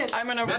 and i'm going but